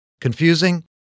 Confusing